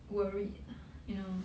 worried you know